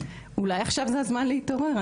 אולי עכשיו זה הזמן להתעורר,